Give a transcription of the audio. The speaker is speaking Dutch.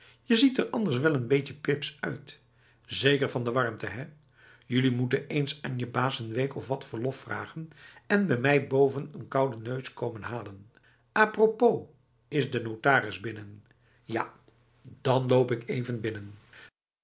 je ziet er anders wel n beetje pips uit zeker van de warmte hè jullie moet eens aan je baas n week of wat verlof vragen en bij mij boven n koude neus komen halen a propos is de notaris binnenh j a l dan loop ik even binnen